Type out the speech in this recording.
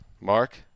Mark